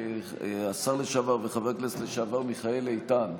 השר לשעבר וחבר הכנסת לשעבר מיכאל איתן,